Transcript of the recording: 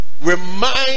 remind